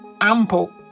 ample